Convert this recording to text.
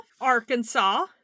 Arkansas